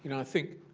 and i think,